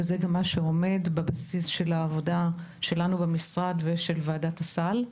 וזה גם מה שעומד בבסיס של העבודה שלנו במשרד ושל ועדת הסל.